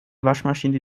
waschmaschine